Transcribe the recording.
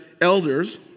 elders